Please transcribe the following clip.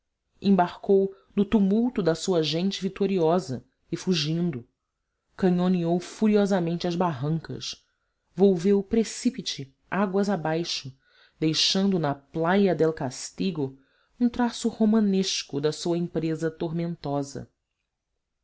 embarcou no tumulto da sua gente vitoriosa e fugindo canhoneou furiosamente as barrancas volveu precípite águas abaixo deixando na playa del castigo um traço romanesco da sua empresa tormentosa